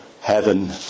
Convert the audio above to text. heaven